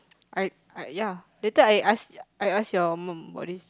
I I ya later I ask I ask your mum about this